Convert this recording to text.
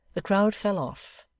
the crowd fell off,